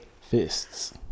Fists